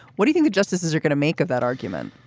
what do think the justices are going to make of that argument.